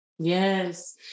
Yes